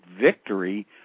victory